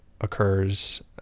occurs